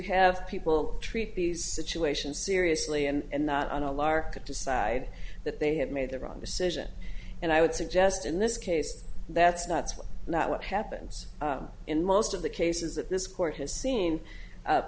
have people treat these situations seriously and not on a lark and decide that they have made the wrong decision and i would suggest in this case that's not what not what happens in most of the cases that this court has seen